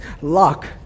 luck